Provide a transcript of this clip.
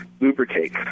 lubricate